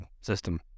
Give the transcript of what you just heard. system